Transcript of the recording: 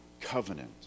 covenant